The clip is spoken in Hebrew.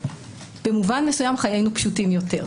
במובן מסוים חיינו פשוטים יותר,